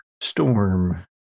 storm